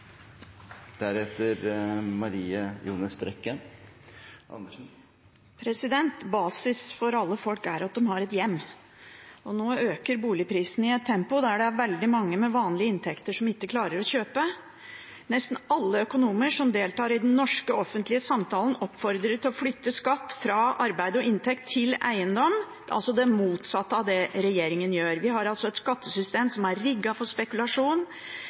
at de har et hjem. Nå øker boligprisene i et tempo som gjør at veldig mange med vanlige inntekter ikke klarer å kjøpe. Nesten alle økonomer som deltar i den norske offentlige samtalen, oppfordrer til å flytte skatt fra arbeid og inntekt til eiendom, altså det motsatte av det regjeringen gjør. Vi har et skattesystem som er rigget for spekulasjon.